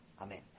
amen